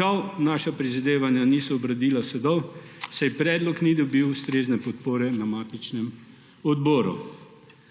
Žal naša prizadevanja niso obrodila sadov, saj predlog ni dobil ustrezne podpore na matičnem odboru.